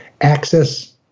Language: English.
access